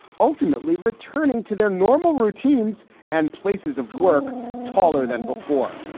ultimately returning to their normal routines and places of work taller than before.